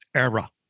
era